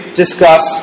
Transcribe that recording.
discuss